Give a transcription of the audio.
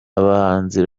abahanzi